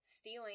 stealing